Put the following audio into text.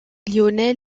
lionel